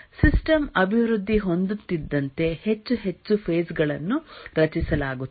system ಅಭಿವೃದ್ಧಿ ಹೊಂದುತ್ತಿದ್ದಂತೆ ಹೆಚ್ಚು ಹೆಚ್ಚು ಫೇಸ್ ಗಳನ್ನು ರಚಿಸಲಾಗುತ್ತದೆ